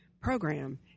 program